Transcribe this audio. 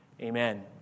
Amen